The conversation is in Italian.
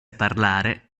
parlare